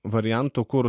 variantų kur